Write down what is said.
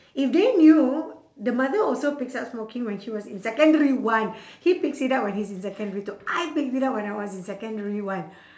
if they knew the mother also picks up smoking when she was in secondary one he picks it up when he's in secondary two I picked it up when I was in secondary one